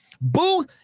Boo